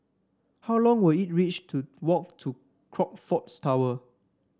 how long will it reach to walk to Crockfords Tower